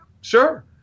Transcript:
sure